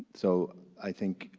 so i think